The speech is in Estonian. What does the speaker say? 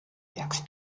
peaks